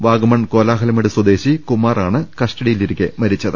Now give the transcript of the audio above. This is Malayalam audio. വാഗമൺ കോലാഹലമേട് സ്വദേശി കുമാറാണ് കസ്റ്റഡിയിലിരിക്കെ മരിച്ചത്